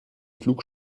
flug